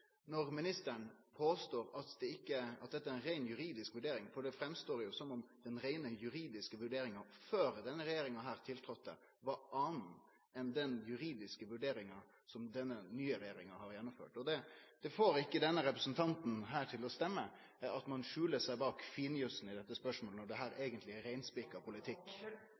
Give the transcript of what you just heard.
som om den reine juridiske vurderinga før denne regjeringa overtok, var ei anna enn den juridiske vurderinga som denne regjeringa har gjennomført. Denne representanten får det ikkje til å stemme at ein skjuler seg bak finjussen i dette spørsmålet, når dette eigentleg er reinspikka politikk.